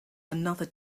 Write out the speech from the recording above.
another